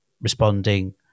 responding